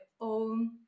own